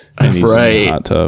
Right